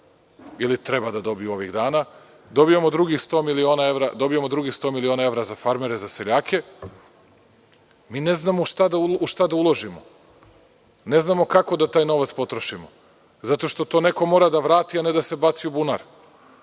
ili treba da dobiju ovih dana. Dobijamo drugih 100 miliona evra za farmere, za seljake. Ne znamo u šta da uložimo, ne znamo kako taj novac da potrošimo, zato što to neko mora da vrati a ne da se baci u bunar.